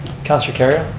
councilor kerrio.